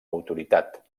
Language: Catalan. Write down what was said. autoritat